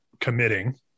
committing